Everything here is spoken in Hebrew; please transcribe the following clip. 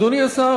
אדוני השר,